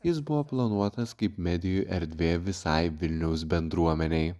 jis buvo planuotas kaip medijų erdvė visai vilniaus bendruomenei